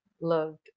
loved